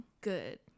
Good